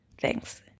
Thanks